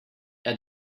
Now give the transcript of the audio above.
our